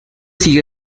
sigue